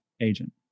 agent